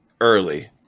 early